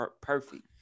perfect